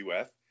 UF